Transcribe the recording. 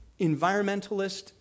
environmentalist